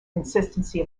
consistency